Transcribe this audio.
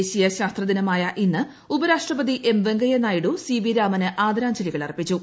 ദേശീയ ശാസ്ത്രദിനമായ ഇന്ന് ഉപരാഷ്ട്രപതി M Venkaiah Naidu C V രാമന് ആദരാഞ്ജലികൾ അർപ്പിച്ചു